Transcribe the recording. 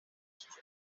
sus